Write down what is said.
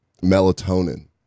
melatonin